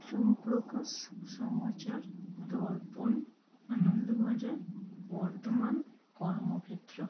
Somprakash Samachar Darpan Anandabazar Bartaman Karmakshetra